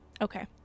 Okay